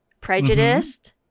prejudiced